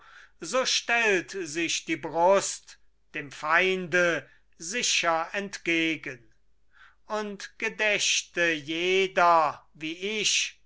so stellt sich die brust dem feinde sicher entgegen und gedächte jeder wie ich